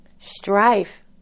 strife